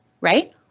right